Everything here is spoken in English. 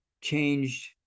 changed